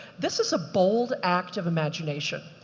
this is a bold act of imagination,